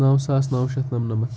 نَو ساس نَو شَتھ نَمنَمَتھ